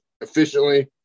efficiently